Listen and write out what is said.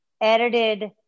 edited